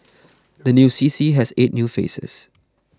the new C C has eight new faces